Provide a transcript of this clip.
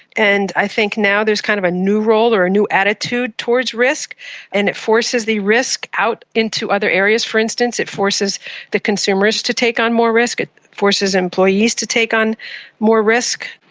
and i think now there is kind of a new role or a new attitude towards risk and it forces the risk out into other areas. for instance, it forces the consumers to take on more risk, it forces employees to take on more risk.